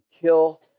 kill